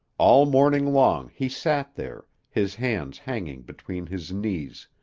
all morning long, he sat there, his hands hanging between his knees,